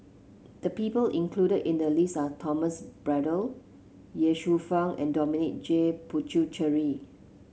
the people included in the list are Thomas Braddell Ye Shufang and Dominic J Puthucheary